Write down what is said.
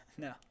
No